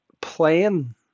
playing